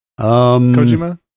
Kojima